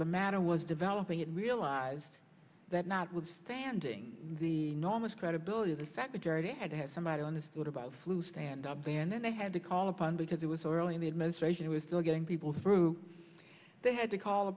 the matter was developing and realized that notwithstanding the normans credibility the secretary had to have somebody understood about flu stand up van and they had to call upon because it was early in the administration it was still getting people through they had to call